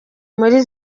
muri